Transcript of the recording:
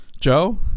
Joe